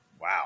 wow